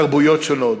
תרבויות שונות,